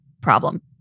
problem